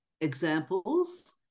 examples